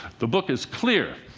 the book is clear,